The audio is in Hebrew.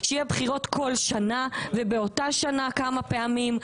שיהיו בחירות כל שנה ובאותה שנה כמה פעמים.